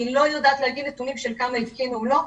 אני לא יודעת לומר נתונים לגבי כמה התקינו או לא.